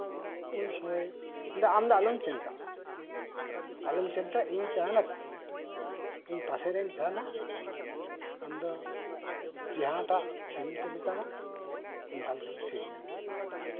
ᱟᱫᱚ ᱩᱱ ᱥᱚᱢᱚᱭ ᱢᱮᱱᱫᱟ ᱟᱢ ᱫᱚ ᱟᱞᱚᱢ ᱪᱤᱱᱛᱟᱜᱼᱟ ᱟᱢ ᱟᱞᱚᱢ ᱪᱤᱚᱱᱛᱟᱜᱼᱟ ᱤᱧ ᱛᱟᱸᱦᱮᱱ ᱟᱛᱚ ᱤᱧ ᱯᱟᱥᱮ ᱨᱤᱧ ᱛᱟᱸᱦᱮᱱᱟ ᱟᱢ ᱫᱚ ᱡᱟᱸᱦᱟᱴᱟᱜ ᱥᱮᱨᱮᱧ ᱠᱚ ᱢᱮᱛᱟᱢᱟ ᱚᱱᱠᱟ ᱞᱮᱠᱟᱢ ᱥᱮᱨᱮᱧᱟ